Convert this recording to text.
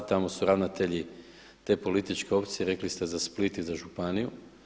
Tako su ravnatelji te političke opcije, rekli ste za Split i za županiju.